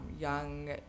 young